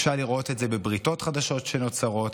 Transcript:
אפשר לראות את זה בבריתות חדשות שנוצרות,